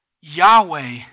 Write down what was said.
Yahweh